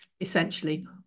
essentially